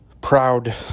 proud